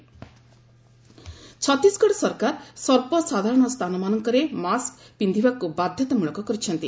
ଛତିଶଗଡ ଛତିଶଗଡ ସରକାର ସର୍ବସାଧାରଣ ସ୍ଥାନ ମାନଙ୍କରେ ମାସ୍କ ପିନ୍ଧିବାକୁ ବାଧତାମୂଳକ କରିଛନ୍ତି